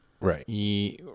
Right